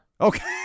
Okay